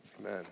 Amen